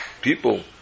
people